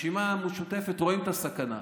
ברשימה המשותפת רואים את הסכנה,